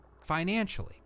financially